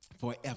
forever